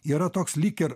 yra toks lyg ir